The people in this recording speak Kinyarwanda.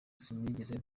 sinigeze